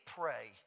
pray